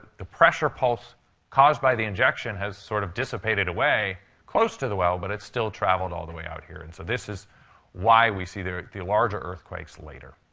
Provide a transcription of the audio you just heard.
the pressure pulse caused by the injection has sort of dissipated away close to the well, but it still traveled all the way out here. and so this is why we see the the larger earthquakes later.